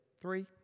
three